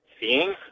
seeing